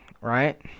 right